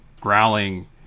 growling